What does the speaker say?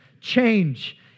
change